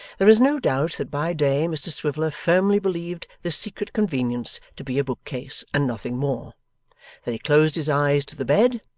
there is no doubt that by day mr swiveller firmly believed this secret convenience to be a bookcase and nothing more that he closed his eyes to the bed,